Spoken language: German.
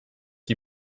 die